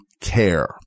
care